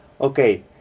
Okay